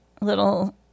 little